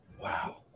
Wow